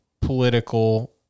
political